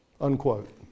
Unquote